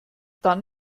dann